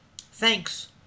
Thanks